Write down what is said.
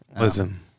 Listen